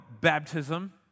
baptism